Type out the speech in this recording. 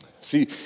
See